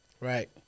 Right